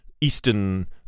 eastern